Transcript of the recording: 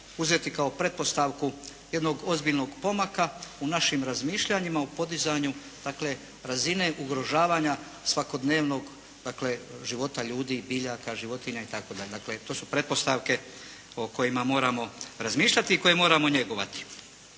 uzeti kao pretpostavku jednog ozbiljnog pomaka u našim razmišljanjima, u podizanju razine ugrožavanja svakodnevnog života ljudi, biljaka, životinja itd. Dakle, to su pretpostavke o kojima moramo razmišljati i koje moramo njegovati.